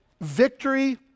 victory